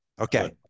Okay